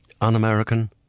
un-American